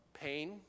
Pain